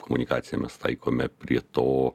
komunikaciją mes taikome prie to